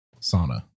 sauna